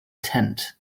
tent